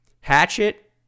Hatchet